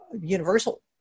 universal